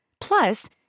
Plus